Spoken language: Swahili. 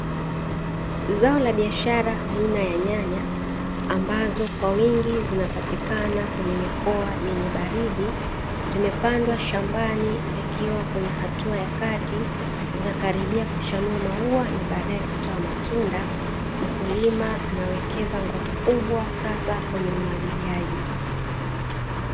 Zao la biashara aina ya nyanya ambazo kwa wingi zinapatikana kwenye mikoa yenye baridi, zimepandwa shambani zikiwa kwenye hatua za kati zinakaribia kuchanua maua na badae kutoa matunda. Mkulima anawekeza nguvu kubwa sasa kwenye umwagiliaji.